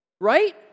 right